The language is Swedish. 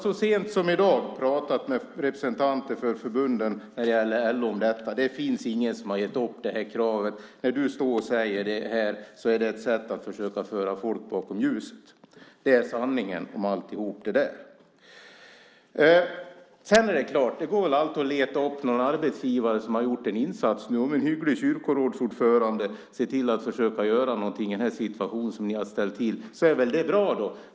Så sent som i dag pratade jag med representanter för LO-förbunden om detta. Det finns ingen som har gett upp det här kravet. När du står och säger det är det ett sätt att försöka föra folk bakom ljuset. Det är sanningen. Det är klart att det alltid går att leta upp någon arbetsgivare som har gjort en insats. Om en hygglig kyrkorådsordförande ser till att försöka göra någonting i den situation som ni har ställt till är det bra.